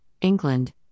England